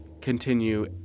continue